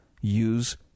use